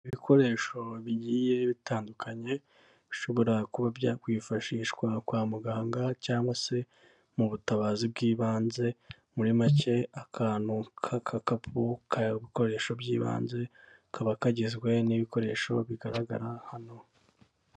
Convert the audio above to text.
Ibikoresho bigiye bitandukanye bishobora kuba byakwifashishwa kwa muganga, cyangwa se mu butabazi bw'ibanze, muri make akantu k'agakapu karimo ibikoresho by'ibanze kaba kagizwe n'ibikoresho bigaragara hano.